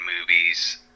movies